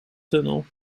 tunnel